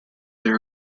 there